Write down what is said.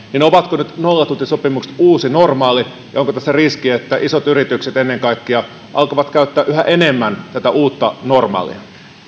ovatko nyt nollatuntisopimukset uusi normaali ja onko tässä riski että ennen kaikkea isot yritykset alkavat käyttää yhä enemmän tätä uutta normaalia